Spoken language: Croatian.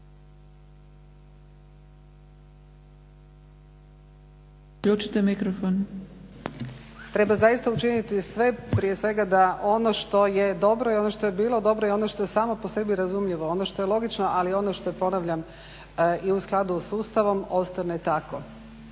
(Nezavisni)** Treba zaista učiniti sve prije svega da ono što je dobro i ono što je bilo dobro i ono što je samo po sebi razumljivo, ono što je logično, ali i ono što je ponavljam i u skladu sa Ustavom ostane tako.